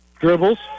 Dribbles